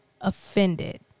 offended